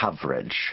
coverage